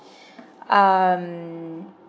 um